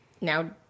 now